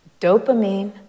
dopamine